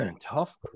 Tough